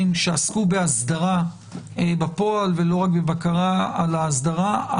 שעסקו באסדרה בפועל ולא רק בבקרה על האסדרה.